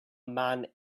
man